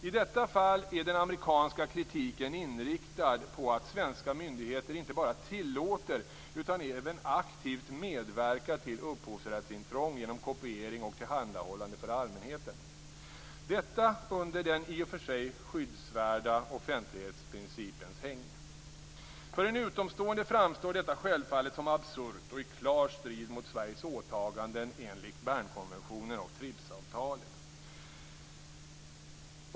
I detta fall är den amerikanska kritiken inriktad på att svenska myndigheter inte bara tillåter utan även aktivt medverkar till upphovsrättsintrång genom kopiering och tillhandahållande för allmänheten - detta under den i och för sig skyddsvärda offentlighetsprincipens hägn. För en utomstående framstår detta självfallet som absurt och i klar strid mot Sveriges åtaganden enligt Bernkonventionen och TRIPsavtalet.